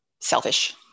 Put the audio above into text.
selfish